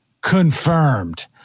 confirmed